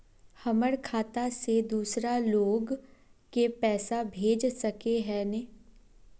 हमर खाता से दूसरा लोग के पैसा भेज सके है ने?